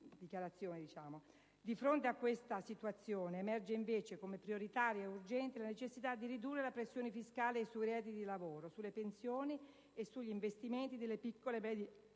incontestabile situazione, emerge invece come prioritaria ed urgente la necessità di ridurre la pressione fiscale sui redditi da lavoro, sulle pensioni e sugli investimenti delle piccole e medie